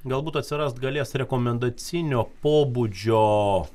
galbūt atsirast galės rekomendacinio pobūdžio o